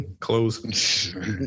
close